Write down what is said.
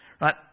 Right